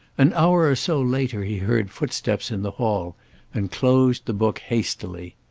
an hour or so later he heard footsteps in the hall and closed the book hastily.